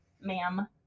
ma'am